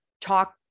Talk